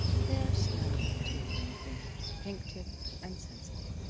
they are slender, tapering fingers, pink-tipped and sensitive.